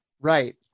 Right